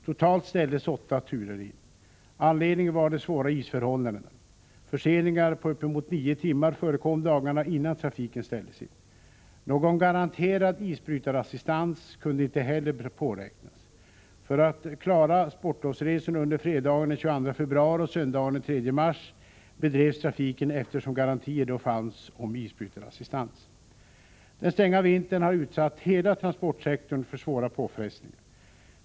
Totalt ställdes åtta turer in. Anledningen var de svåra isförhållandena. Förseningar på uppemot nio timmar förekom dagarna innan trafiken ställdes in. Någon garanterad isbrytarassistans kunde inte heller påräknas. För att klara sportlovsresorna under fredagen den 22 februari och söndagen den 3 mars bedrevs trafiken eftersom garantier då fanns om isbrytarassistans. Den stränga vintern har utsatt hela transportsektorn för svåra påfrestningar.